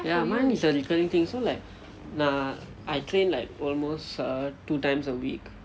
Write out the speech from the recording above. ya mine is recurring thing so like err I train like almost err two times a week